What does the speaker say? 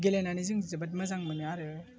गेलेनानै जों जोबोद मोजां मोनो आरो